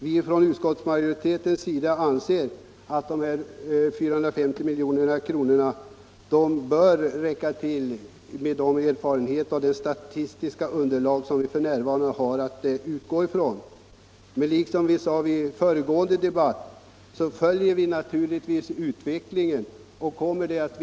Med de erfarenheter och det statistiska underlag som vi f.n. har att utgå ifrån anser utskottsmajoriteten att 450 milj.kr. bör räcka till. Men liksom föregående år följer vi naturligtvis utvecklingen med uppmärksamhet.